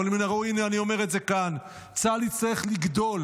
אבל הינה אני אומר את זה כאן: צה"ל יצטרך לגדול